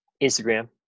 Instagram